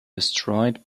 destroyed